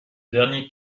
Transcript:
dernier